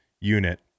Unit